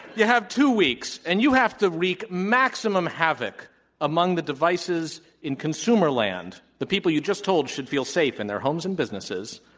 you have two weeks, and you have to wreak maximum havoc among the devices in consumer land. the people you just told should feel safe in their homes and businesses.